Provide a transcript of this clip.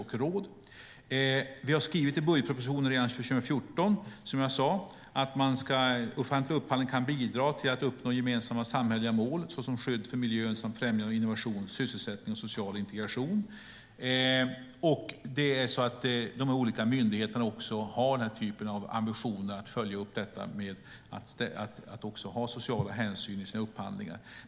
Vi har, som jag sade, skrivit i budgetpropositionen redan för 2014 att offentlig upphandling kan bidra till att uppnå gemensamma samhälleliga mål såsom skydd för miljön samt främjande av innovation, sysselsättning och social integration. De olika myndigheterna har också ambitionen att också ha med sociala hänsyn i sina upphandlingar.